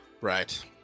Right